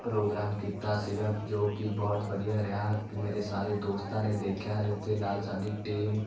programme ਕੀਤਾ ਸੀਗਾ ਜੋ ਕਿ ਬਹੁਤ ਵਧੀਆ ਰਿਹਾ ਕਿ ਮੇਰੇ ਸਾਰੇ ਦੋਸਤਾਂ ਨੇ ਦੇਖਿਆ ਇਸ ਦੇ ਨਾਲ ਸਾਡੀ ਟੀਮ